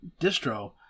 distro